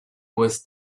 was